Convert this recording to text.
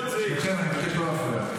משניכם אני מבקש לא להפריע.